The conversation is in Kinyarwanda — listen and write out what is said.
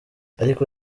ariko